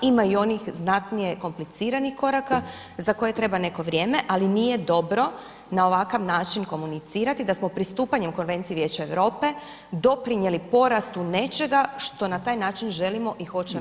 Ima i onih znatnije kompliciranih koraka za koje treba neko vrijeme, ali nije dobro na ovakav način komunicirati da smo pristupanjem u Konvenciji Vijeća Europe doprinijeli porastu nečega što na taj način želimo i hoćemo spriječiti.